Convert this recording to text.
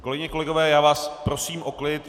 Kolegyně, kolegové, já vás prosím o klid.